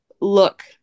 look